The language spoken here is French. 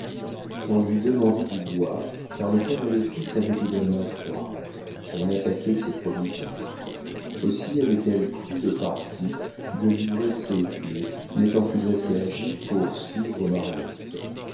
on lui demandait du bois car le père et le fils avaient également froid on attaquait ses provisions aussi avait-elle pris le parti de livrer ses clefs n'étant plus assez agile pour suivre mariotte